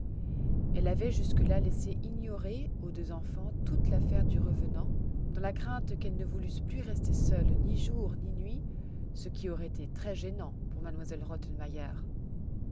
elle avait jusque-là laissé ignorer aux deux enfants toute l'affaire du revenant dans la crainte qu'elles ne voulussent plus rester seules ni jour ni nuit ce qui aurait été très gênant pour